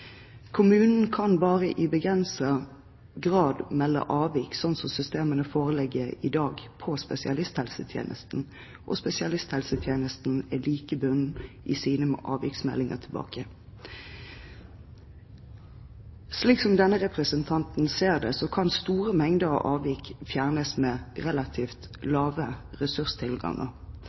kan bare i begrenset grad melde fra om avvik, slik systemene foreligger i dag i spesialisthelsetjenesten. Spesialisthelsetjenesten er like bundet i sine avviksmeldinger tilbake. Slik denne representanten ser det, kan store mengder avvik fjernes med en relativt